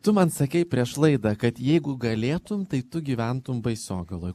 tu man sakei prieš laidą kad jeigu galėtum tai tu gyventum baisogaloj